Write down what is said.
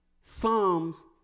Psalms